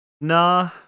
Nah